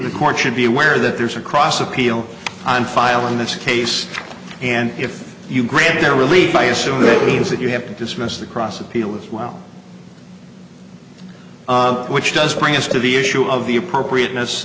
the court should be aware that there's a cross appeal on file in this case and if you grant their relief i assume they believe that you have to dismiss the cross appeal as well which does bring us to the issue of the appropriateness